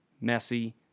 messy